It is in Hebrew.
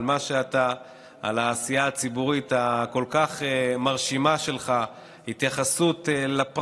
אבל אני צריך להקריא את הרשימה של מגישי ההסתייגויות.